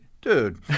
Dude